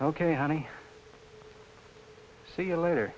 ok honey see you later